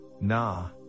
nah